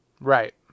Right